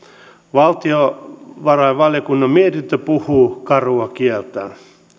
valtiovarainvaliokunnan mietintö puhuu karua kieltään